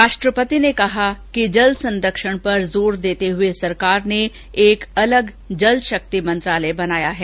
राष्ट्रपति ने कहा कि जल संरक्षण पर जोर देते हुए सरकार ने एक अलग जल शक्ति मंत्रालय बनाया है